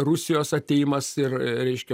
rusijos atėjimas ir reiškia